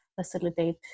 facilitate